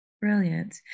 brilliant